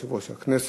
היושב-ראש הקבוע,